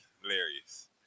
hilarious